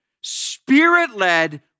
spirit-led